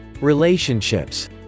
relationships